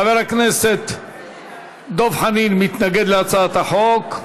חבר הכנסת דב חנין מתנגד להצעת החוק.